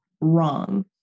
wrong